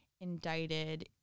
indicted